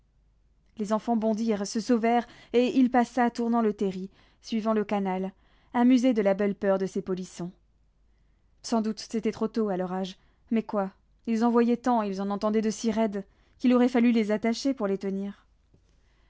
les enfants bondirent se sauvèrent et il passa tournant le terri suivant le canal amusé de la belle peur de ces polissons sans doute c'était trop tôt à leur âge mais quoi ils en voyaient tant ils en entendaient de si raides qu'il aurait fallu les attacher pour les tenir